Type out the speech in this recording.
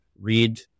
read